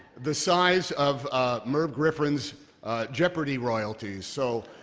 the size of merv griffin's jeopardy! royalties. so,